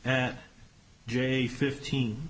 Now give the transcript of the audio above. at j fifteen